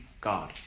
God